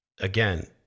again